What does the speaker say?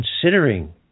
considering